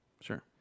Sure